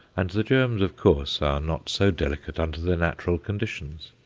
and the germs, of course, are not so delicate under their natural conditions.